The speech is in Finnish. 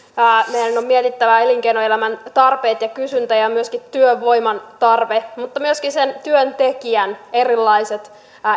meidän on mietittävä elinkeinoelämän tarpeet ja kysyntä ja myöskin työvoiman tarve mutta myöskin sen työntekijän erilaiset